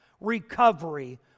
recovery